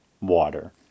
water